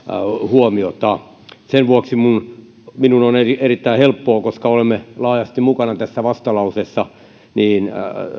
huomiota sen vuoksi minun minun on erittäin helppoa koska olemme laajasti mukana tässä vastalauseessa